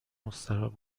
مستراح